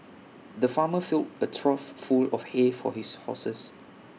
the farmer filled A trough full of hay for his horses